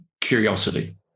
Curiosity